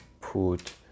put